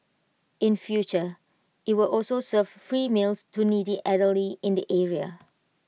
in future IT will also serve free meals to needy elderly in the area